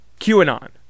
QAnon